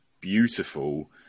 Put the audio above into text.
beautiful